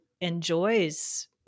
enjoys